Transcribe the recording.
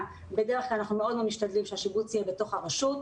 בדרך כלל אנחנו מאוד משתדלים שהשיבוץ יהיה בתוך הרשות,